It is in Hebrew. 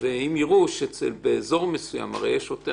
יראו שבאזור מסוים יש שוטר